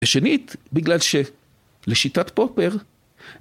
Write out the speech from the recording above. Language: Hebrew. ‫ושנית, בגלל שלשיטת פופר...